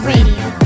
Radio